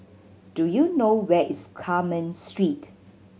do you know where is Carmen Street